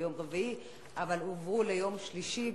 ביום רביעי אבל הועברו ליום שלישי,